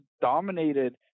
dominated